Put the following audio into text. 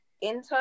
intern